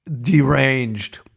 deranged